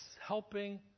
helping